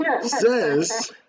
says